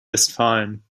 westfalen